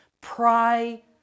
pray